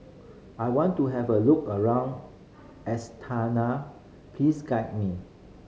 I want to have a look around Astana please guide me